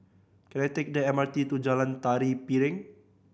can I take the M R T to Jalan Tari Piring